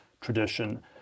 tradition